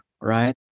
right